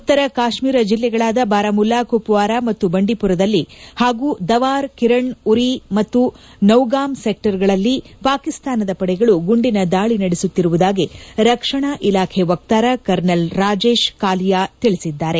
ಉತ್ತರ ಕಾಶ್ನೀರ ಜಿಲ್ಲೆಗಳಾದ ಬಾರಾಮುಲ್ಲಾ ಕುಪ್ನಾರ ಮತ್ತು ಬಂಡಿಪುರದಲ್ಲಿ ಹಾಗೂ ದವಾರ್ ಕಿರಣ್ ಉರಿ ಮತ್ತು ನೌಗಾಮ್ ಸೆಕ್ಷರ್ಗಳಲ್ಲಿ ಪಾಕಿಸ್ತಾನದ ಪಡೆಗಳು ಗುಂಡಿನ ದಾಳ ನಡೆಸುತ್ತಿರುವುದಾಗಿ ರಕ್ಷಣಾ ಇಲಾಖೆ ವಕ್ತಾರ ಕರ್ನಲ್ ರಾಜೇಶ್ ಕಾಲಿಯ ತಿಳಿಸಿದ್ದಾರೆ